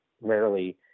rarely